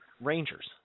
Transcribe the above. Rangers